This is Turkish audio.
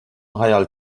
hayal